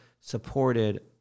supported